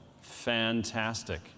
Fantastic